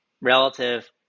relative